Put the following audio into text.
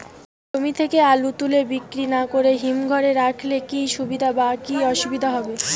জমি থেকে আলু তুলে বিক্রি না করে হিমঘরে রাখলে কী সুবিধা বা কী অসুবিধা হবে?